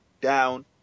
down